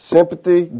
Sympathy